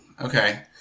okay